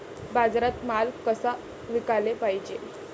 बाजारात माल कसा विकाले पायजे?